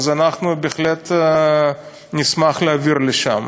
אנחנו בהחלט נשמח להעביר לשם.